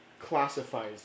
classifies